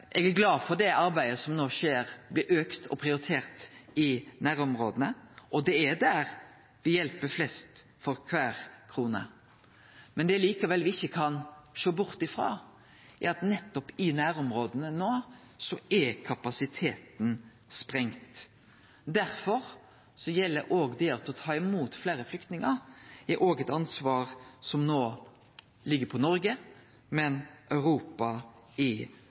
Eg er glad for at arbeidet som no skjer i nærområda, blir auka og prioritert. Og det er der me hjelper flest for kvar krone. Men det me likevel ikkje kan sjå bort ifrå, er at kapasiteten i nærområda no er sprengd. Derfor er det å ta imot fleire flyktningar eit ansvar som òg ligg på Noreg – men òg på Europa i